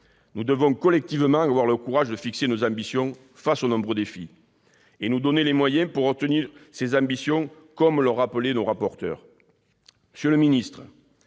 Nous devons collectivement avoir le courage de fixer nos ambitions face aux nombreux défis et nous donner les moyens de réaliser ces ambitions, comme l'ont souligné nos rapporteurs. Monsieur le ministre,